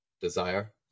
desire